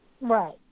Right